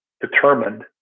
determined